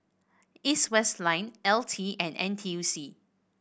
East West Land L T and N T U C